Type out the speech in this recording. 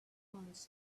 funds